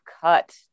cut